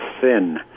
thin